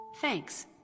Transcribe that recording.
Thanks